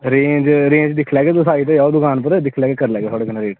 range range दिक्खी लैगे तुस आई ते जाओ दुकान पर दिक्खी लैगे करी लैगे थुआढ़े कन्नै रेंज